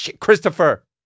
Christopher